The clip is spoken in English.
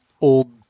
old